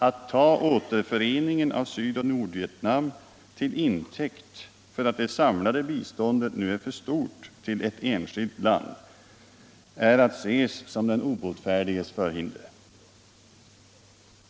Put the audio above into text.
Att ta återföreningen av Syd och Nordvietnam till intäkt för att det samlade biståndet nu är för stort till ett enskilt land är att ses somden obotfärdiges förhinder.